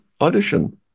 audition